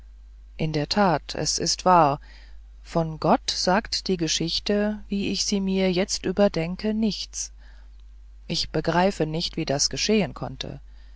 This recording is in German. in der tat es ist wahr von gott sagt die geschichte wie ich sie mir jetzt überdenke nichts ich begreife nicht wie das geschehen konnte